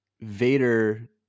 Vader